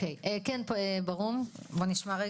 כן ברהום, בוא נשמע.